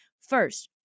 First